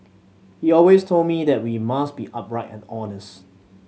he always told us that we must be upright and honest